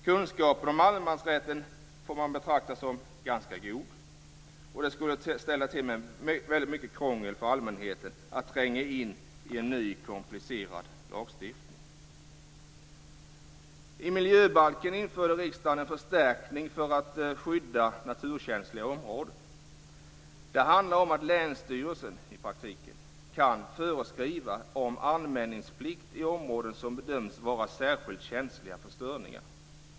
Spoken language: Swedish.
Kunskapen om allemansrätten får man betrakta som ganska god, och det skulle ställa till med mycket krångel för allmänheten att tränga in i en ny komplicerad lagstiftning. I miljöbalken införde riksdagen en förstärkning för att skydda naturkänsliga områden. Det handlar i praktiken om att länsstyrelsen kan föreskriva om anmälningsplikt i områden som bedöms vara särskilt känsliga för störningar.